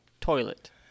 toilet